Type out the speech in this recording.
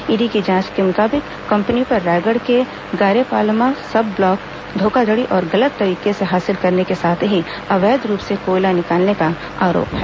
ED की जांच के मुताबिक कंपनी पर रायगढ़ के गारेपालमा सब ब्लॉक धोखाधड़ी और गलत तरीके से हासिल करने के साथ ही अवैध रूप से कोयला निकालने का आरोप है